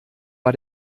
war